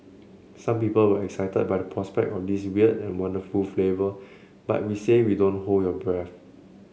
some people were excited by the prospect of this weird and wonderful flavour but we say we don't hold your breath